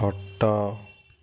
ଖଟ